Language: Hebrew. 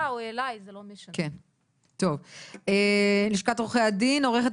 טוב, עורכת